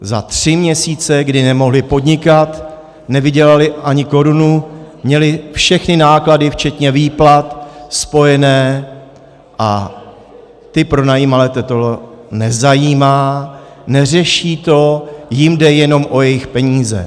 Za tři měsíce, kdy nemohli podnikat, kdy nevydělali ani korunu, měli všechny náklady včetně výplat spojené, a ty pronajímatele to nezajímá, neřeší to, jim jde jenom o jejich peníze.